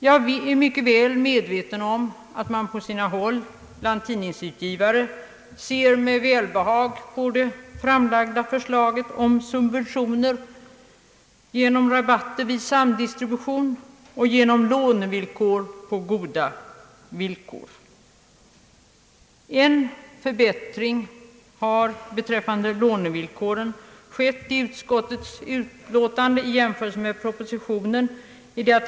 Jag är väl medveten om att man på sina håll bland tidningsutgivare ser med välbehag på det framlagda förslaget om subventioner genom rabatter vid samdistribution och genom lån på goda villkor. Utskottet har i sitt utlåtande föreslagit en förbättring av lånevillkoren i jämförelse med propositionens förslag.